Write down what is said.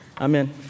Amen